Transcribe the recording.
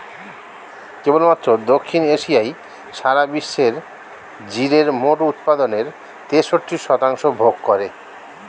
কেবলমাত্র দক্ষিণ এশিয়াই সারা বিশ্বের জিরের মোট উৎপাদনের তেষট্টি শতাংশ ভোগ করে